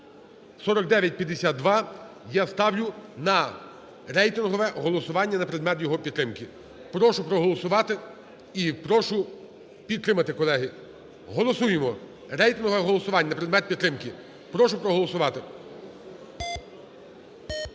(4952), я ставлю на рейтингове голосування на предмет його підтримки. Прошу проголосувати і прошу підтримати, колеги. Голосуємо, рейтингове голосування, на предмет підтримки, прошу проголосувати.